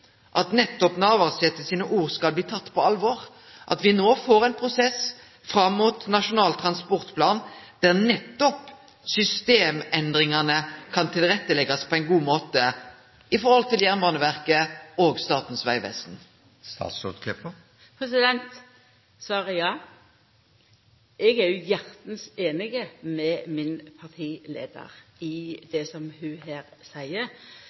at nettopp Navarsete sine ord blir tekne på alvor – at vi no får ein prosess fram mot Nasjonal transportplan, der nettopp systemendringane kan leggjast til rette for på ein god måte med omsyn til Jernbaneverket og Statens vegvesen? Svaret er ja. Eg er hjartans einig med min partileiar i det som ho her seier.